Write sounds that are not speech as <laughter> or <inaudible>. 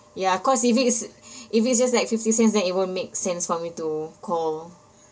ya cause if it's <breath> if it's just like fifty cents that it won't make sense for me to call